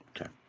Okay